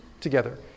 together